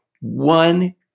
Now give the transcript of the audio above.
one